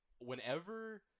whenever –